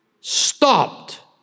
stopped